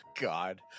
God